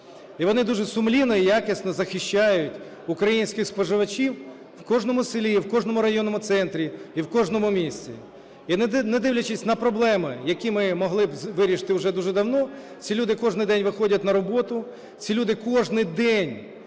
І вони дуже сумлінно і якісно захищають українських споживачів в кожному селі, в кожному районному центрі і в кожному місті. І, не дивлячись на проблеми, які ми могли б вирішити уже дуже давно, ці люди кожен день виходять на роботу, ці люди кожний день